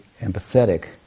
empathetic